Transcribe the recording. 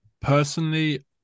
personally